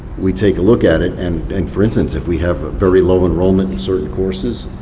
we take a look at it, and and for instance, if we have very low enrollment in certain courses,